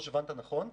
הבנת נכון.